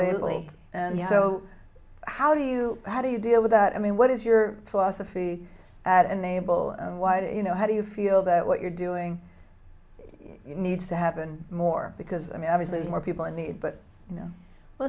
ed so how do you how do you deal with that i mean what is your philosophy at unable why do you know how do you feel that what you're doing needs to happen more because i mean obviously more people in need but you know well